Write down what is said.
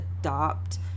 adopt